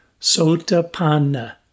Sotapanna